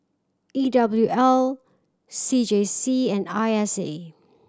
E W L C J C and I S A